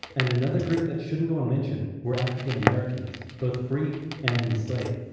and another group that shouldn't go unmentioned were african americans, both free and enslaved.